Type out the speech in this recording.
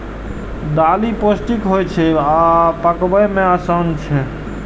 दालि पौष्टिक होइ छै आ पकबै मे आसान छै